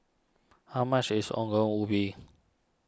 how much is Ongol Ubi